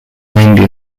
namely